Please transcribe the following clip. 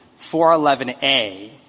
411A